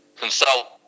consult